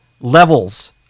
levels